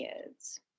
kids